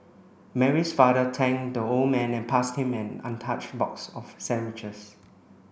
Mary's father thanked the old man and passed him an untouched box of sandwiches